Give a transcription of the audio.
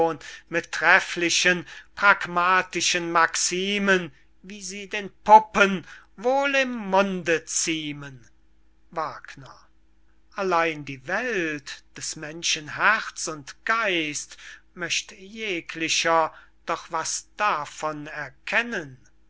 mit trefflichen pragmatischen maximen wie sie den puppen wohl im munde ziemen allein die welt des menschen herz und geist möcht jeglicher doch was davon erkennen